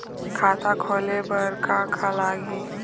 खाता खोले बर का का लगही?